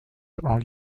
are